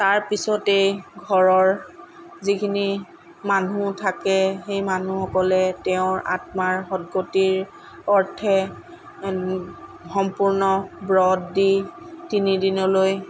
তাৰ পিছতেই ঘৰৰ যিখিনি মানুহ থাকে সেই মানুহসকলে তেওঁৰ আত্মাৰ সদ্গতিৰ অৰ্থে সম্পূৰ্ণ ব্ৰত দি তিনি দিনলৈ